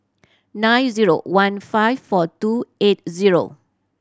nine zero one five four two eight zero